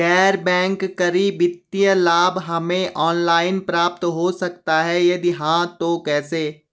गैर बैंक करी वित्तीय लाभ हमें ऑनलाइन प्राप्त हो सकता है यदि हाँ तो कैसे?